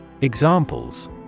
Examples